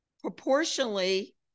proportionally